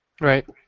Right